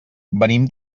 venim